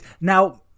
Now